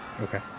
Okay